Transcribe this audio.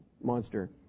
monster